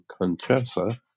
Conchessa